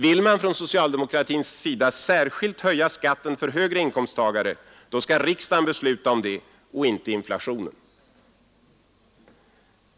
Vill man från socialdemokratins sida särskilt höja skatten för högre inkomsttagare, då skall riksdagen besluta om det och inte inflationen.